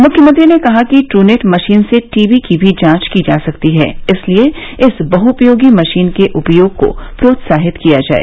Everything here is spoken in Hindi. मुख्यमंत्री ने कहा कि ट्रूनेट मशीन से टीवी की भी जांच की जा सकती है इसलिए इस बहुपयोगी मशीन के उपयोग को प्रोत्साहित किया जाए